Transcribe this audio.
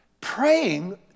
Praying